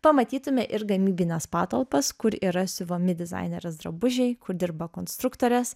pamatytume ir gamybines patalpas kur yra siuvami dizainerės drabužiai kur dirba konstruktorės